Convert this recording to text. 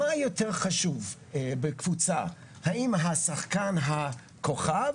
מה יותר חשוב בקבוצה, האם השחקן הכוכב